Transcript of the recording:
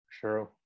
sure